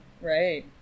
Right